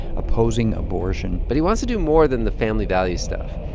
opposing abortion but he wants to do more than the family values stuff.